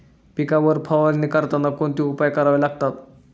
पिकांवर फवारणी करताना कोणते उपाय करावे लागतात?